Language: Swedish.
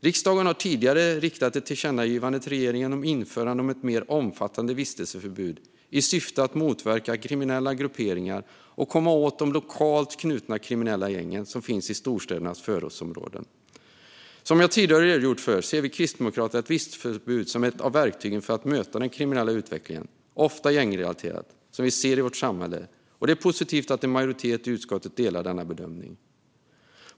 Riksdagen har tidigare riktat ett tillkännagivande till regeringen om införande av ett mer omfattande vistelseförbud i syfte att motverka kriminella grupperingar och att komma åt de lokalt knutna kriminella gängen som finns i storstädernas förortsområden. Som jag tidigare har redogjort för anser vi kristdemokrater att ett vistelseförbud är ett verktyg för att möta den kriminella utvecklingen, ofta gängrelaterad, som vi ser i vårt samhälle. Det är positivt att en majoritet i utskottet delar denna bedömning.